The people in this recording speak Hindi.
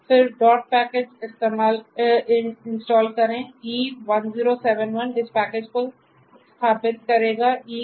तो फिर डॉट पैकेज इंस्टॉल करें e1071 इस पैकेज को स्थापित करेगा e1071